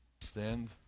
Stand